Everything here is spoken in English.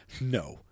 No